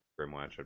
Grimwatch